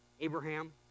Abraham